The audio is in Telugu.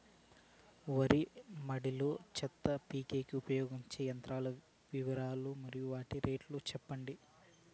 వరి మడి లో చెత్త పీకేకి ఉపయోగించే యంత్రాల వివరాలు మరియు వాటి రేట్లు చెప్పండి?